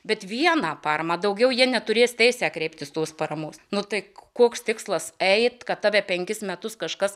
bet vieną parą daugiau jie neturės teisę kreiptis tos paramos nu tai koks tikslas eiti kad tave penkis metus kažkas